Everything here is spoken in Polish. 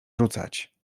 rzucać